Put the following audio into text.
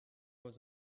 was